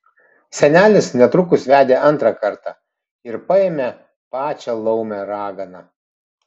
senelis netrukus vedė antrą kartą ir paėmė pačią laumę raganą